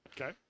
Okay